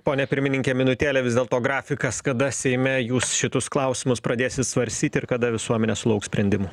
pone pirmininke minutėlę vis dėlto grafikas kada seime jūs šitus klausimus pradėsit svarstyt ir kada visuomenė sulauks sprendimų